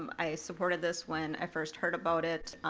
um i supported this when i first heard about it.